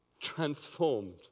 transformed